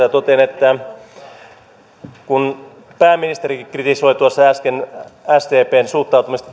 ja totean kun pääministeri kritisoi tuossa äsken sdpn suhtautumista